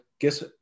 guess